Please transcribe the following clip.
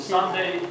Sunday